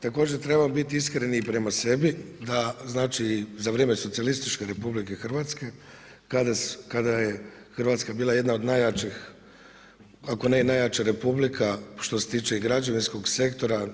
Također trebamo biti iskreni i prema sebi da znači za vrijeme socijalističke Republike Hrvatske kada je Hrvatska bila jedna od najjačih ako ne i najjača Republika što se tiče građevinskog sektora.